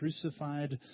crucified